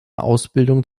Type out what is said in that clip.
ausbildung